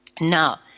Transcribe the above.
Now